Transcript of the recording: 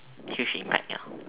huge impact ya